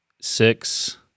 six